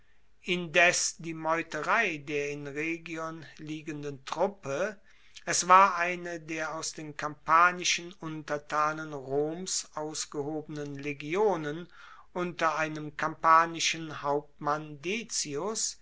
indes die meuterei der in rhegion liegenden truppe es war eine der aus den kampanischen untertanen roms ausgehobenen legionen unter einem kampanischen hauptmann